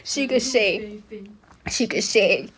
小鹿飞飞 shigga shay